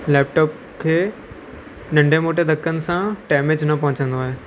laptop खे नंढे मोटे धक्कनि सां डैमेज न पहुचंदो आहे